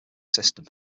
system